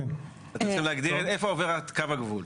אתם צריכים להגדיר איפה עובר קו הגבול.